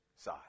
side